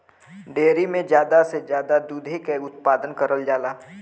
dairy में जादा से जादा दुधे के उत्पादन करल जाला